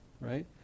right